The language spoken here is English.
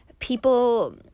people